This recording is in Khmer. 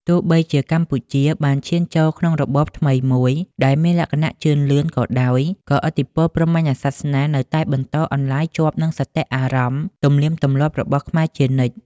ទោះបីជាកម្ពុជាបានឈានចូលក្នុងរបបថ្មីមួយដែលមានលក្ខណៈជឿនលឿនក៏ដោយ ក៏ឥទ្ធិពលព្រហ្មញ្ញសាសនានៅតែបន្តអន្លាយជាប់នឹងសតិអារម្មណ៍ ទំនៀមទម្លាប់របស់ខ្មែរជានិច្ច។